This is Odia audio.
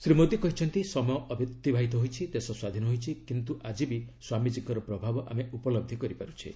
ଶୀ ମୋଦି କହିଚ୍ଚନ୍ତି ସମୟ ଅତିବାହିତ ହୋଇଛି ଦେଶ ସ୍ୱାଧୀନ ହୋଇଛି କିନ୍ତୁ ଆଜି ବି ସ୍ୱାମୀଜୀଙ୍କର ପ୍ରଭାବ ଆମେ ଉପଲହି କରିପାରୁଛେ